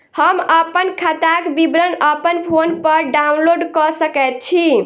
हम अप्पन खाताक विवरण अप्पन फोन पर डाउनलोड कऽ सकैत छी?